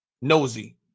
nosy